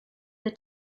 the